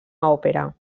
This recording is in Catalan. òpera